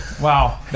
wow